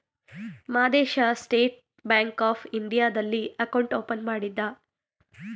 Madesha state bank of ಇಂಡಿಯಾದಲ್ಲಿ account open ಮಾಡಿದ್ದ